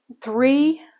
three